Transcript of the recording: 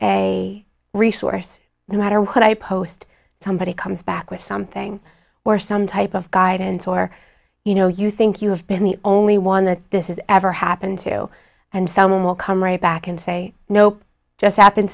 a resource the matter what i post somebody comes back with something or some type of guidance or you know you think you have been the only one that this has ever happened to and someone will come right back and say nope just happened